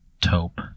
taupe